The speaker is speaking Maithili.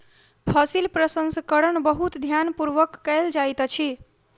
फसील प्रसंस्करण बहुत ध्यान पूर्वक कयल जाइत अछि